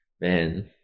man